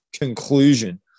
conclusion